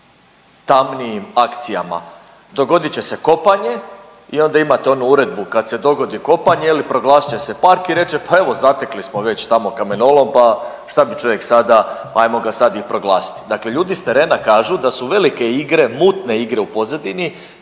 tamnijim akcijama, dogodit će se kopanje i onda imate onu uredbu kad se dogodi kopanje proglasit će se park i reće pa evo zatekli smo već tamo kamenolom, pa šta bi čovjek sada ajmo ga sad i proglasiti. Dakle, ljudi s terena kažu da su velike igre, mutne igre u pozadini.